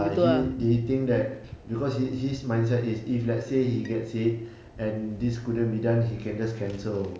ah he did he think that because he his mindset is if let's say he gets it and this couldn't be done he can just cancel